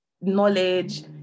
knowledge